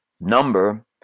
number